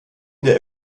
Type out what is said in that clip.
der